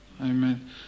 Amen